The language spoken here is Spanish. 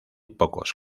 pocos